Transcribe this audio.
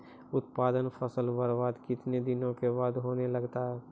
उत्पादन फसल बबार्द कितने दिनों के बाद होने लगता हैं?